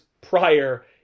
prior